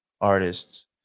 artists